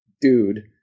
dude